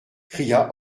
cria